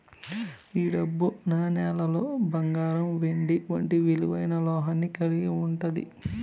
ఈ డబ్బు నాణేలులో బంగారం వెండి వంటి విలువైన లోహాన్ని కలిగి ఉంటాది